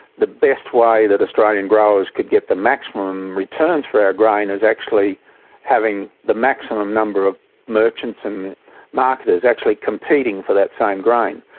the best way that australian growers could get the maximum returns for our grain is actually having the maximum number of merchants and marketers actually competing for that same grain.